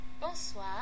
Bonsoir